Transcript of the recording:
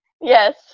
Yes